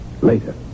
Later